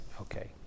okay